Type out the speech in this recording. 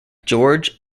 george